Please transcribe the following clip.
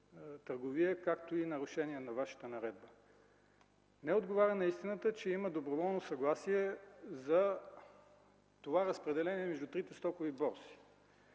търговия, както и нарушение на Вашата наредба. Не отговаря на истината, че има доброволно съгласие за това разпределение между трите стокови борси.